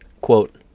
Quote